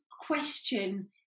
question